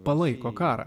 palaiko karą